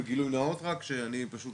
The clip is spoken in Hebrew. כי כואב